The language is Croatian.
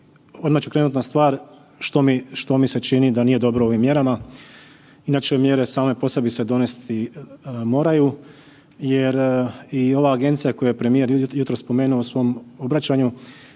odmah ću krenuti na stvar što mi se čini da nije dobro u ovim mjerama, inače mjere same po sebi se donesti moraju jer i ova agencija koju je premijer jutros spomenuo u svom obraćanju